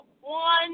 one